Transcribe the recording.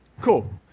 cool